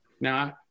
Now